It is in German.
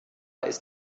ist